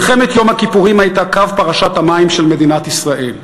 מלחמת יום הכיפורים הייתה קו פרשת המים של מדינת ישראל,